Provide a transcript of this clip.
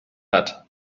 hat